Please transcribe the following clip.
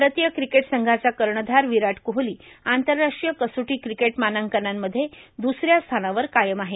भारतीय क्रिकेट संघाचा कर्णधार विराट कोहली आंतरराष्ट्रीय कसोटी क्रिकेट मानांकनांमध्ये द्सऱ्या स्थानावर कायम आहे